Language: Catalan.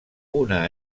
una